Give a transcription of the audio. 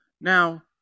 now